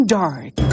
dark